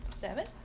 Seven